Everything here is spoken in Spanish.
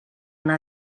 nada